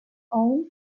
own